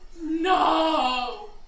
No